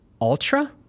Ultra